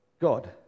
God